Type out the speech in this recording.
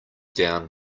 down